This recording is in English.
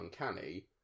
uncanny